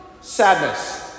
Sadness